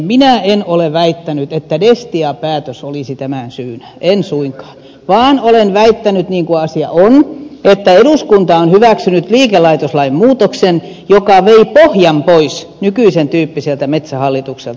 minä en ole väittänyt että destia päätös olisi tämän syynä en suinkaan vaan olen väittänyt niin kuin asia on että eduskunta on hyväksynyt liikelaitoslain muutoksen joka vei pohjan pois nykyisen tyyppiseltä metsähallitukselta